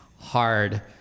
hard